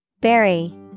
Berry